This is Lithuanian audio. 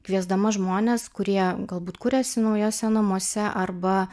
kviesdama žmones kurie galbūt kuriasi naujuose namuose arba